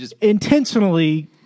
intentionally